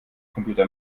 computer